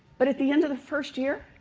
but at the end of the first year,